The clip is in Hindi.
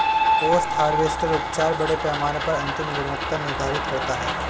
पोस्ट हार्वेस्ट उपचार बड़े पैमाने पर अंतिम गुणवत्ता निर्धारित करता है